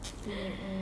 mm mm